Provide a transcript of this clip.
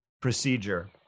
procedure